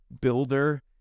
builder